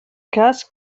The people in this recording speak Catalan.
cas